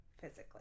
physically